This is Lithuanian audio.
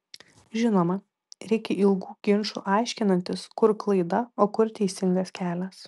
žinoma reikia ilgų ginčų aiškinantis kur klaida o kur teisingas kelias